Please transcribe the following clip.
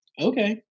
okay